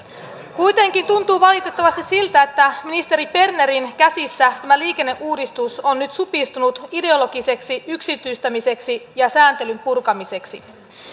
kuitenkin tuntuu valitettavasti siltä että ministeri bernerin käsissä tämä liikenneuudistus on nyt supistunut ideologiseksi yksityistämiseksi ja sääntelyn purkamiseksi